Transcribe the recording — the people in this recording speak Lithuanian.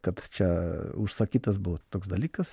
kad čia užsakytas buvo toks dalykas